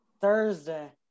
Thursday